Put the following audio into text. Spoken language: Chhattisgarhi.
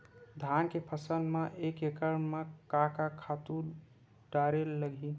धान के फसल म एक एकड़ म का का खातु डारेल लगही?